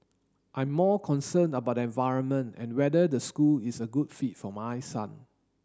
I'm more concerned about the environment and whether the school is a good fit for my son